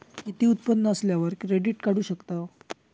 किती उत्पन्न असल्यावर क्रेडीट काढू शकतव?